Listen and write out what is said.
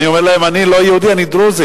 אני להם: אני לא יהודי, אני דרוזי.